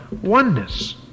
oneness